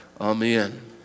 Amen